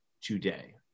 today